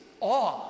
awe